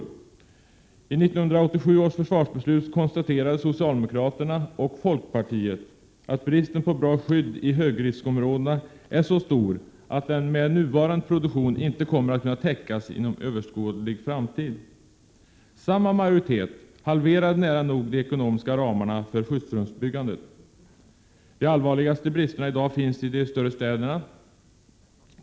I 1987 års försvarsbeslut konstaterade socialdemokraterna och folkpartiet att bristen på bra skydd i högriskområdena är så stor, att den med nuvarande produktion inte kommer att kunna täckas inom överskådlig framtid. Samma majoritet halverade nära nog de ekonomiska ramarna för skyddsrumsbyggande. De allvarligaste bristerna i dag finns i de större städerna.